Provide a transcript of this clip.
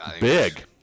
Big